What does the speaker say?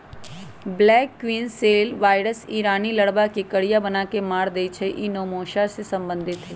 black queen cell virus इ रानी larva के करिया बना के मार देइ छइ इ नेसोमा से सम्बन्धित हइ